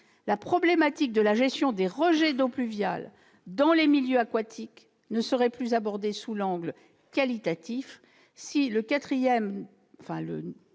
la problématique de la gestion des rejets d'eaux pluviales dans les milieux aquatiques ne serait plus abordée sous l'angle qualitatif si le 4° de